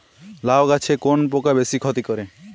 লাউ গাছে কোন পোকা বেশি ক্ষতি করে?